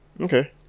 Okay